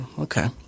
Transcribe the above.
okay